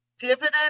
dividend